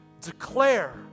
declare